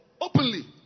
Openly